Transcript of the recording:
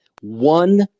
One